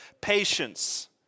Patience